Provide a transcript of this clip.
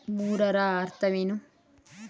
ಮೂರರ ಅರ್ಥವೇನು?